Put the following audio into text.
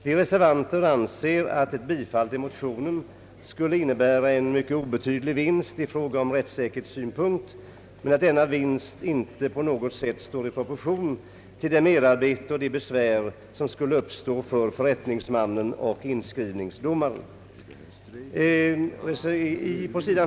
Vi reservanter anser att ett bifall till motionen skulle innebära en obetydlig vinst ur rättssäkerhetssynpunkt, men att denna vinst inte på något sätt står i proportion till det merarbete och det besvär som skulle uppstå för förrättningsmannen och inskrivningsdomaren. Reservanterna anför på sid.